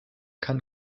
can